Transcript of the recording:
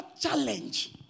challenge